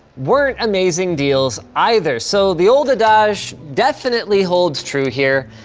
weren't amazing deals either. so, the old adage definitely holds true here.